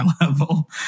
level